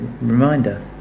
reminder